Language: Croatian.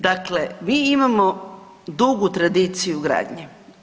Dakle, mi imamo dugu tradiciju gradnje.